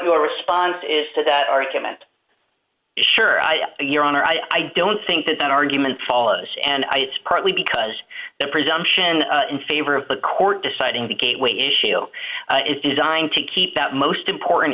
your response is to that argument sure your honor i don't think that that argument follows and i it's partly because the presumption in favor of the court deciding the gateway issue is designed to keep that most important